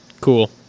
cool